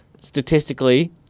statistically